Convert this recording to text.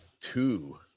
two